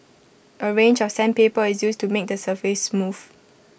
A range of sandpaper is used to make the surface smooth